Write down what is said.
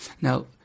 Now